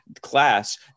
class